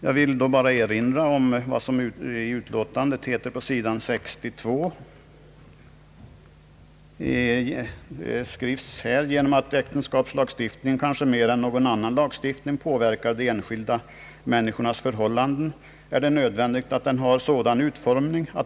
Jag vill endast erinra om vad som sägs i utskottsutlåtandet sidan 62: »Genom att äktenskapslagstiftningen kanske mer än någon annan lagstiftning påverkar de enskilda människornas förhållanden är det nödvändigt att den har sådan utformning att den i stort Ang.